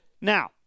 Now